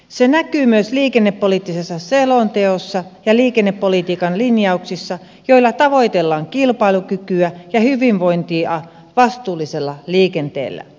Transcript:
se näkyy myös liikennepoliittisessa selonteossa ja liikennepolitiikan linjauksissa joissa tavoitellaan kilpailukykyä ja hyvinvointia vastuullisella liikenteellä